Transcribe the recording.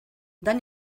dan